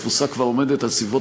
התפוסה כבר עומדת על סביבות